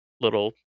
little